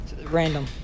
Random